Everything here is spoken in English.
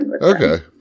Okay